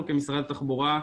אנחנו כמשרד התחבורה,